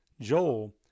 Joel